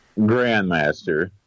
Grandmaster